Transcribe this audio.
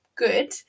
good